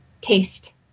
taste